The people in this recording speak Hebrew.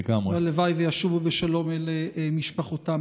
אפשר, אם רוצים, שאלה אחת.